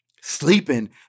sleeping